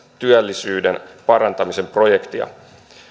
työllisyyden parantamisen projektia